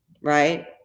right